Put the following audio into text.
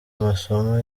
amasomo